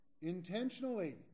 intentionally